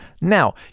now